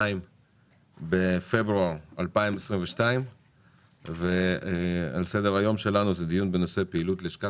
22 בפברואר 2022. על סדר היום שלנו דיון בנושא פעילות לשכת